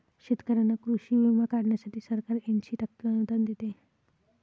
शेतकऱ्यांना कृषी विमा काढण्यासाठी सरकार ऐंशी टक्के अनुदान देते